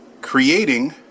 creating